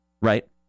right